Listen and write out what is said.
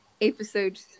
episode